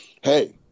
hey